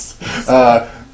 Yes